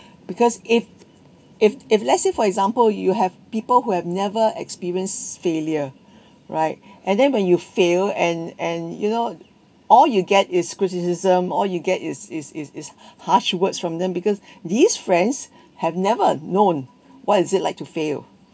because if if if let's say for example you have people who have never experienced failure right and then when you fail and and you know all you get is criticism all you get is is is is harsh words from them because these friends have never known what is it like to fail